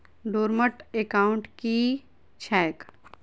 Dormant account की छैक?